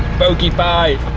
bogey pie.